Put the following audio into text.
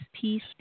peace